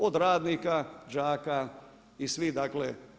Od radnika, đaka i svih, dakle.